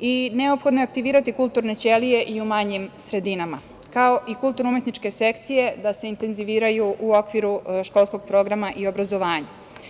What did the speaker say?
i neophodno je aktivirati kulturne ćelije i u manjim sredinama, kao i da se intenziviraju kulturno-umetničke sekcije u okviru školskog programa i obrazovanja.